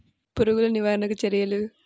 పురుగులు నివారణకు చర్యలు?